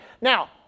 Now